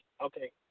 Okay